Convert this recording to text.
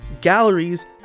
galleries